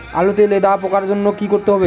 আলুতে লেদা পোকার জন্য কি করতে হবে?